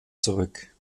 zurück